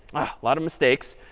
lot of mistakes.